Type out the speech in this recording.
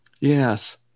Yes